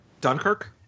Dunkirk